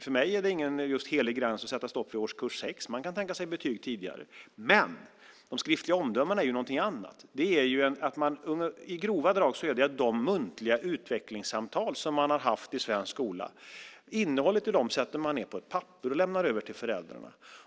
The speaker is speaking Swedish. För mig är det ingen helig gräns att sätta stopp vid årskurs 6. Man kan tänka sig betyg tidigare. Men de skriftliga omdömena är någonting annat. I grova drag är det att man sätter ned innehållet i de muntliga utvecklingssamtal som man har haft i svensk skola på ett papper och lämnar över till föräldrarna.